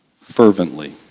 fervently